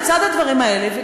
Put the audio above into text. לצד הדברים האלה,